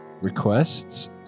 requests